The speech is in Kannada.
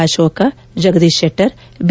ಅಶೋಕ ಜಗದೀಶ್ ಶೆಟ್ಟರ್ ಬಿ